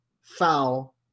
foul